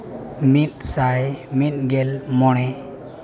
ᱢᱤᱫ ᱥᱟᱭ ᱢᱤᱫᱜᱮᱞ ᱢᱚᱬᱮ